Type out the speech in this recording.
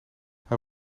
hij